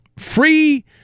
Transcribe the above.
Free